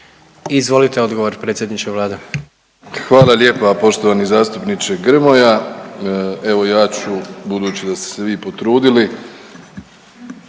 **Plenković, Andrej (HDZ)** Hvala lijepa poštovani zastupniče Grmoja. Evo ja ću, budući da ste se vi potrudili,